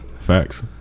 facts